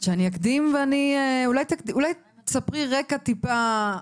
אולי תספרי טיפה רקע,